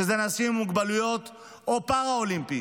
שזה אנשים עם מוגבלויות או פראלימפיים.